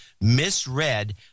misread